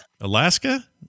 Alaska